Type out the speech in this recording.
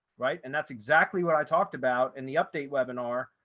right and that's exactly what i talked about in the update webinar.